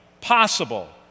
possible